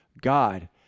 God